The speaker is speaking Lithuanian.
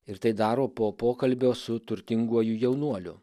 ir tai daro po pokalbio su turtinguoju jaunuoliu